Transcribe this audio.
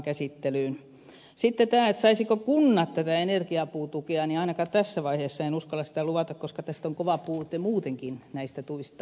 sitten tämä kysymys saisivatko kunnat tätä energiapuutukea ainakaan tässä vaiheessa en uskalla sitä luvata koska on kova puute muutenkin näistä tuista